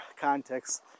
context